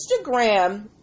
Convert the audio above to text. Instagram